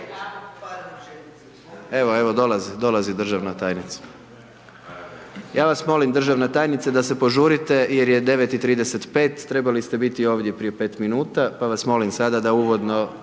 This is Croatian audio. dolazi, dolazi državna tajnica. Ja vas molim državna tajnice da se požurite jer je 9 i 35 trebali ste biti ovdje prije 5 minuta, pa vas molim sada da uvodno,